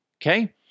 Okay